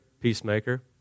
Peacemaker